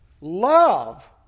love